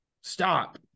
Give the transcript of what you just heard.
stop